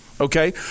Okay